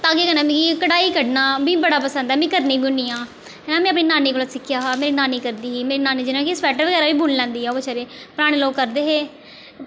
धागे कन्नै मिगी कढ़ाई कड्ढना बी बड़ा पसंद ऐ में करनी बी होन्नी आं है ना में अपनी नानी कोला सिक्खेआ हा मेरी नानी करदी ही मेरी नानी जियां कि स्वेटर बगैरा बी बुनी लैंदी ऐ ओह् बेचारी पराने लोग करदे हे